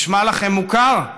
נשמע לכם מוכר?